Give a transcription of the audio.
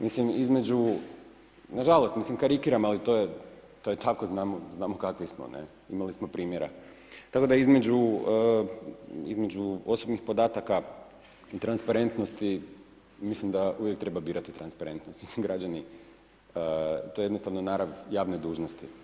Mislim između, nažalost, karikiram, ali to je tako znamo kakvi smo, imali smo primjera, tako da između osobnih podataka i transparentnosti, mislim da uvijek treba birati transparentnosti, građani, to je jednostavno narav javne dužnosti.